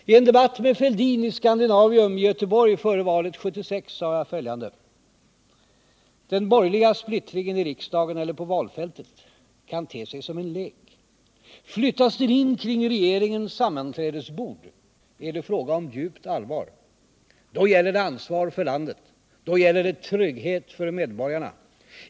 I en debatt med Fälldin i Scandinavium i Göteborg före valet 1976 sade jag följande: ”Den borgerliga splittringen i riksdagen eller på valfältet kan te sig som en lek. Flyttas den in kring regeringens sammanträdesbord är det fråga om djupt allvar. Då gäller det ansvar för landet. Då gäller det trygghet för medborgarna.